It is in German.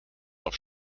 auf